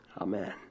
Amen